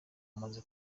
amaze